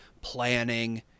planning